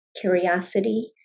curiosity